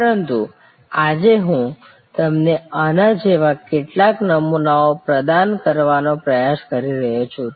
પરંતુ આજે હું તમને આના જેવા કેટલાક નમૂનાઓ પ્રદાન કરવાનો પ્રયાસ કરી રહ્યો છું